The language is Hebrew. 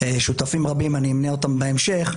עם שותפים רבים, אני אמנה אותם בהמשך.